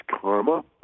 karma